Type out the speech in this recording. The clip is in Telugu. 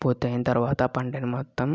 పూర్తయిన తరువాత పంటను మొత్తం